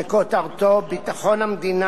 שכותרתו "ביטחון המדינה,